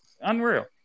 Unreal